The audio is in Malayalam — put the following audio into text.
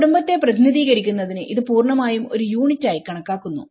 ഒരു കുടുംബത്തെ പ്രതിനിധീകരിക്കുന്നതിന് ഇതു പൂർണ്ണമായും ഒരു യൂണിറ്റായി കണക്കാക്കുന്നു